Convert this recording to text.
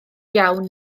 iawn